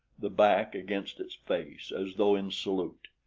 the back against its face, as though in salute.